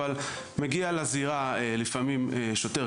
אבל מגיע לזירה לפעמים שוטר,